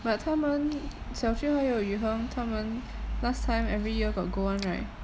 but 他们 xiao ju 还有 yu hang 他们 last time every year got go [one]